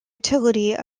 utility